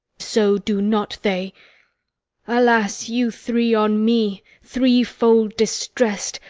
so do not they alas, you three, on me, threefold distress'd,